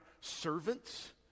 servants